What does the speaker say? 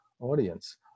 audience